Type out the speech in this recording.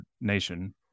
nation